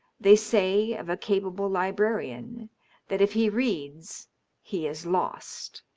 they say of a capable librarian that if he reads he is lost.